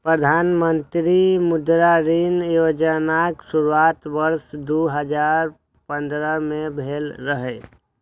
प्रधानमंत्री मुद्रा ऋण योजनाक शुरुआत वर्ष दू हजार पंद्रह में भेल रहै